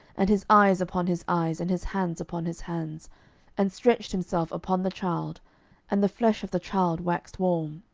and his eyes upon his eyes, and his hands upon his hands and stretched himself upon the child and the flesh of the child waxed warm.